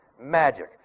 magic